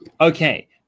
Okay